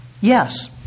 Yes